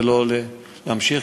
ולא להמשיך,